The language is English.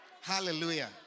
Hallelujah